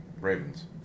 Ravens